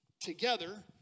together